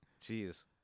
Jeez